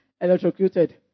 electrocuted